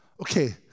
Okay